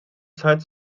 zeit